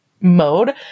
mode